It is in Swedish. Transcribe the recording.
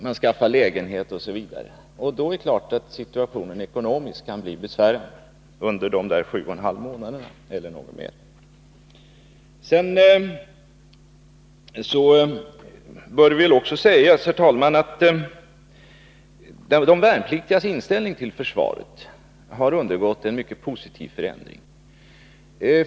Man skaffar sig lägenhet osv. Då kan situationen ekonomiskt självfallet bli besvärande under de ca sju och en halv månader som värnplikten varar. Vidare bör också framhållas, herr talman, att de värnpliktigas inställning till försvaret har undergått en mycket positiv förändring.